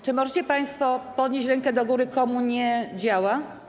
Czy możecie państwo podnieść rękę do góry, komu nie działa?